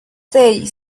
seis